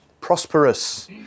prosperous